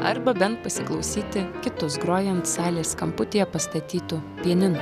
arba bent pasiklausyti kitus grojant salės kamputyje pastatytu pianinu